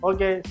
Okay